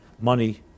money